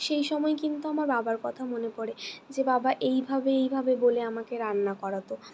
সেই সময় কিন্তু আমার বাবার কথা মনে পড়ে যে বাবা এইভাবে এইভাবে বলে আমাকে রান্না করাতো